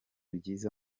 byiza